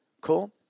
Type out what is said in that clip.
Cool